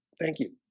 thank you